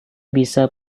bisa